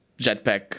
Jetpack